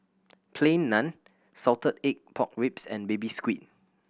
Plain Naan salted egg pork ribs and Baby Squid